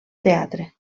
teatre